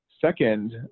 Second